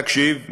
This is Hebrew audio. תקשיב,